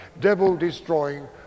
devil-destroying